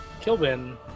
Kilbin